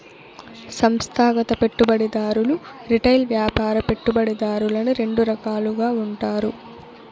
సంస్థాగత పెట్టుబడిదారులు రిటైల్ వ్యాపార పెట్టుబడిదారులని రెండు రకాలుగా ఉంటారు